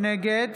נגד